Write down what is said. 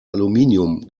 aluminium